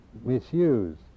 misuse